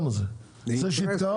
אנחנו לא נתייחס